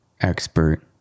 expert